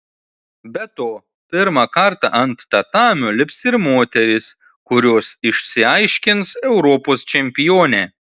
be to pirmą kartą ant tatamio lips ir moterys kurios išsiaiškins europos čempionę